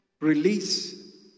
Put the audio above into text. release